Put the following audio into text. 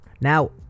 Now